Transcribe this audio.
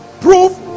proof